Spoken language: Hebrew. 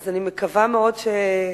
אז אני מקווה מאוד,